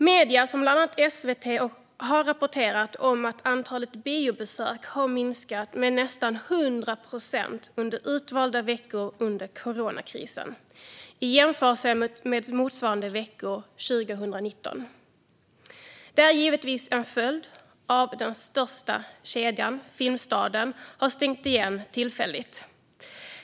Medier som bland annat SVT har rapporterat att antalet biobesök har minskat med nästan 100 procent under utvalda veckor under coronakrisen jämfört med motsvarande veckor 2019. Det är givetvis en följd av att den största kedjan, Filmstaden, har stängt igen tillfälligt.